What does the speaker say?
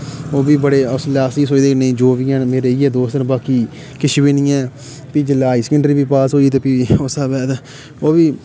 ओह् बी बड़े उसलै अस बी सोचदे नेईं जो बी हैन मेरे इयै दोस्त न बाकी किश बी नि हैन फ्ही जिसलै हाई सकैन्डरी बी पास होई उस स्हाबें फ्ही